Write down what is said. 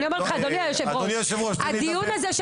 הנושא הזה של